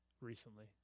recently